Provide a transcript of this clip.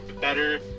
better